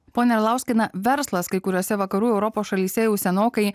ponia arlauskienė verslas kai kuriose vakarų europos šalyse jau senokai